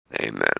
amen